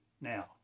Now